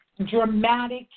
dramatic